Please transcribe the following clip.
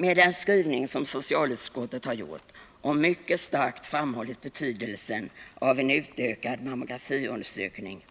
Med den skrivning som socialutskottet gjort, där man mycket starkt framhåller betydelsen av en utökad mammografiundersökning,